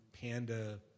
Panda